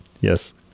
Yes